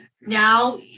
now